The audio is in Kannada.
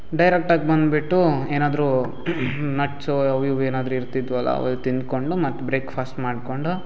ಡೈರೆಕ್ಟಾಗಿ ಬಂದುಬಿಟ್ಟು ಏನಾದರೂ ನಟ್ಸು ಅವು ಇವು ಏನಾದರೂ ಇರ್ತಿದ್ದವಲ್ಲ ಅವು ಇವು ತಿನ್ಕೊಂಡು ಮತ್ತು ಬ್ರೇಕ್ಫಾಸ್ಟ್ ಮಾಡಿಕೊಂಡು